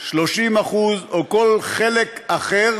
30%, או כל חלק אחר